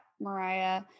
Mariah